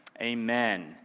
Amen